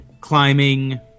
climbing